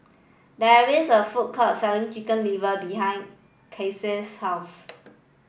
there is a food court selling chicken liver behind Casie's house